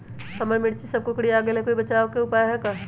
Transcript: हमर मिर्ची सब कोकररिया गेल कोई बचाव के उपाय है का?